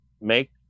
make